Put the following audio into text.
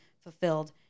fulfilled